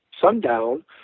sundown